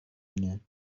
mnie